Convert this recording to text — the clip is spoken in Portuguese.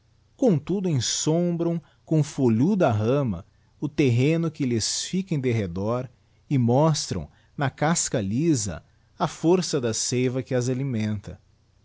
com tudo ensombram com folhuda rama o terreno que lhes fica em derredor e mostram na casca lisa a força da seiva que as alimenta